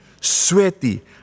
sweaty